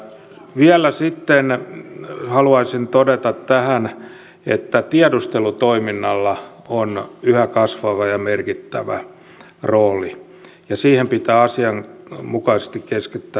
vielä sitten haluaisin todeta tähän että tiedustelutoiminnalla on yhä kasvava ja merkittävä rooli ja siihen pitää asianmukaisesti keskittää huomiota